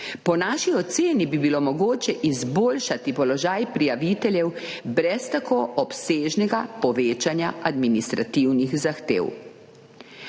Po naši oceni bi bilo mogoče izboljšati položaj prijaviteljev brez tako obsežnega povečanja administrativnih zahtev.